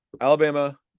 Alabama